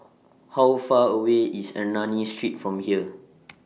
How Far away IS Ernani Street from here